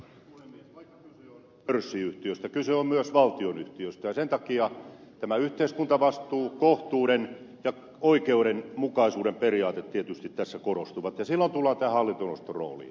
vaikka kyse on pörssiyhtiöstä kyse on myös valtionyhtiöstä ja sen takia tämä yhteiskuntavastuu kohtuuden ja oikeudenmukaisuuden periaate tietysti tässä korostuu ja silloin tullaan hallintoneuvoston rooliin